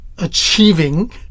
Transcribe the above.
Achieving